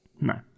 No